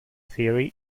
theory